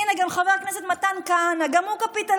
הינה, גם חבר הכנסת מתן כהנא, גם הוא קפיטליסט,